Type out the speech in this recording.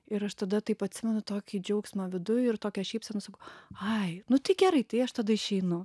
ir aš tada taip atsimenu tokį džiaugsmą viduj ir tokią šypseną sakau ai nu tai gerai tai aš tada išeinu